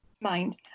mind